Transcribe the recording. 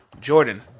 Jordan